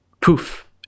poof